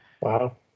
Wow